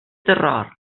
terror